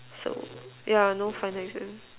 so yeah no final exams